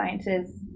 scientists